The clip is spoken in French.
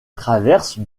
traversent